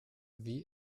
wie